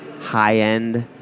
high-end